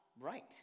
right